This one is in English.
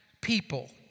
people